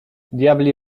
diabli